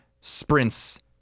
sprints